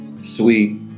sweet